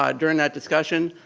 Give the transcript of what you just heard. um during that discussion,